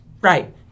Right